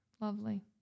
Lovely